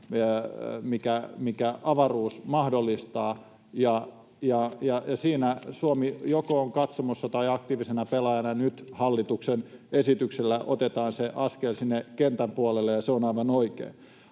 minkä avaruus mahdollistaa. Siinä Suomi on joko katsomossa tai aktiivisena pelaajana. Nyt hallituksen esityksellä otetaan se askel sinne kentän puolelle, ja se on aivan oikein.